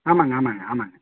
ஆமாங்க ஆமாங்க ஆமாங்க